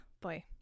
boy